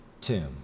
tomb